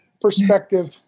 perspective